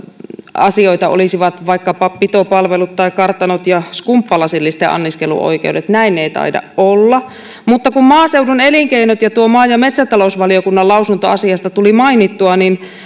asioita olisivat vaikkapa pitopalvelut tai kartanot ja skumppalasillisten anniskeluoikeudet näin ei taida olla mutta kun maaseudun elinkeinot ja tuo maa ja metsätalousvaliokunnan lausunto asiasta tuli mainittua niin